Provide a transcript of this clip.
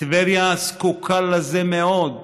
טבריה זקוקה לזה מאוד.